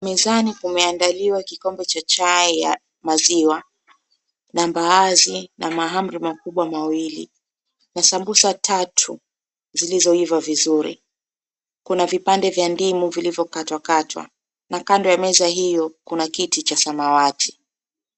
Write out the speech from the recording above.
Mezani kumeandaliwa kikombe cha chai, ya maziwa na mbaazi na mahamri makubwa mawili na sambusa tatu zilizoiva vizuri. Kuna vipande vya ndimu vilivyokatwakatwa na kando ya meza hiyo kuna kiti cha samawati.